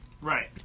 Right